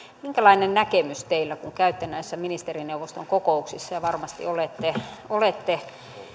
minkälainen näkemys teillä on kun käytte näissä ministerineuvoston kokouksissa ja varmasti olette olette